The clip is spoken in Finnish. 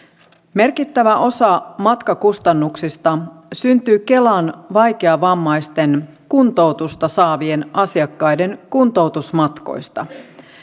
merkittävä osa matkakustannuksista syntyy kelan vaikeavammaisten kuntoutusta saavien asiakkaiden kuntoutusmatkoista